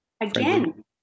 Again